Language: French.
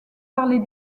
parler